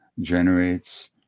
generates